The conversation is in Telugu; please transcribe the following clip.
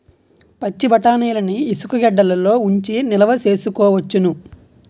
పచ్చిబఠాణీలని ఇసుగెడ్డలలో ఉంచి నిలవ సేసుకోవచ్చును